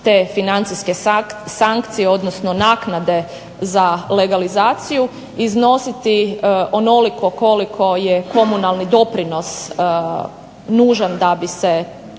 te financijske sankcije odnosno naknade za legalizaciju iznositi onoliko koliko je komunalni doprinos nužan da bi se,